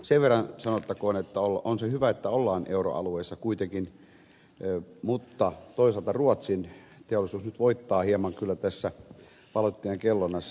sen verran sanottakoon että on se hyvä että ollaan euroalueessa kuitenkin mutta toisaalta ruotsin teollisuus nyt voittaa hieman kyllä tässä valuuttojen kellunnassa